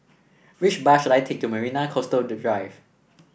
which bus should I take to Marina Coastal Drive